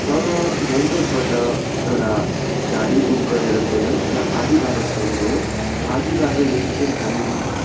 तल गान्तोकबाट एउटा गाडी बुक गरेर गयो र आधा बाटोसम्म गयो आधा बाटोदेखिन् चाहिँ हामी